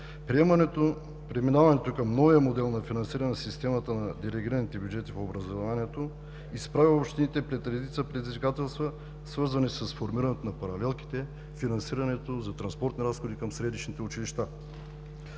образованието – преминаването към новия модел на финансиране на системата на делегираните бюджети в образованието изправя общините пред редица предизвикателства, свързани с формирането на паралелките, финансирането за транспортни разходи към средищните училища.